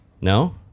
no